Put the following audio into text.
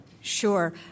Sure